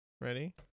ready